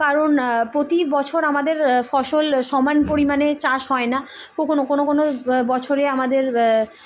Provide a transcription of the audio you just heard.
কারণ প্রতি বছর আমাদের ফসল সমান পরিমাণে চাষ হয় না কখনো কোনো কোনো বছরে আমাদের